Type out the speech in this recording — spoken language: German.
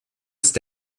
ist